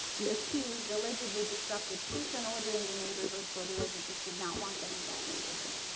the accused allegedly disrupted peace and order in the neighborhood so the residents did not want them in that neighborhood.